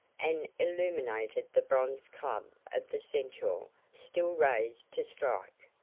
and illuminated the bronze club of the centaur, still raised to strike.